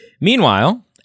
Meanwhile